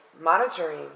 monitoring